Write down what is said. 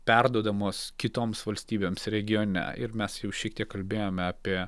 perduodamos kitoms valstybėms regione ir mes jau šiek tiek kalbėjome apie